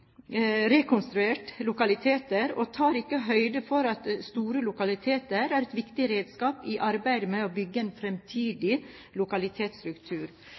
og tar ikke høyde for at store lokaliteter er et viktig redskap i arbeidet med å bygge en framtidig lokalitetsstruktur.